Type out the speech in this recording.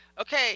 Okay